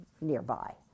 nearby